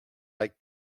like